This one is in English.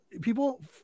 people